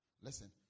Listen